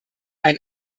ein